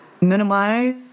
minimize